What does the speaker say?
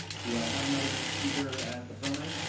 do i have another speaker at the pro mic?